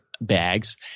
bags